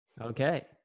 Okay